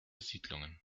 siedlungen